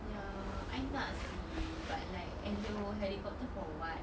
ya I nak seh but like hello helicopter for what